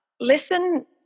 listen